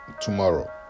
tomorrow